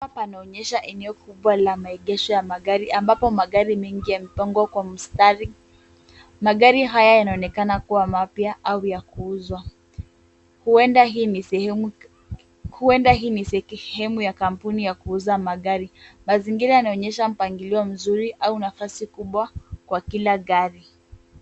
Hapa panaonyesha eneo kubwa la maegesho ya magari ambapo magari mengi yamepangwa kwa mstari. Magari haya yanaonekana kuwa mapya au yakuuzwa. Huenda hii ni sehemu ya kampuni ya kuuza magari, mazingira yanaonyesha mpangilio mzuri au nafasi kubwa kwa kila gari.